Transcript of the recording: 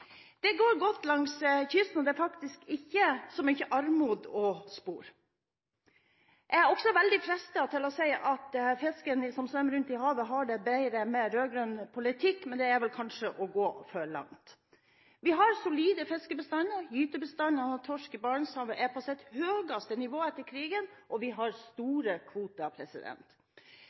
Det går godt langs kysten. Det er faktisk ikke så mye armod å spore. Jeg er også veldig fristet til å si at fisken som svømmer rundt i havet, har det bedre med rød-grønn politikk, men det er vel kanskje å gå for langt. Vi har solide fiskebestander, gytebestanden av torsk i Barentshavet er på sitt høyeste nivå etter krigen, og vi har store kvoter.